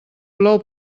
plou